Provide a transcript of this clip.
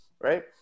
right